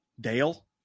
Dale